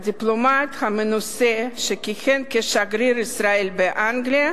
הדיפלומט המנוסה שכיהן כשגריר ישראל באנגליה,